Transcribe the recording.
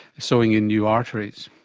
sewing in new arteries.